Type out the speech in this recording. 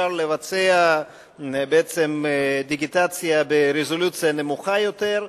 אפשר לבצע דיגיטציה ברזולוציה נמוכה יותר,